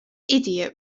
idiot